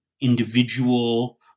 individual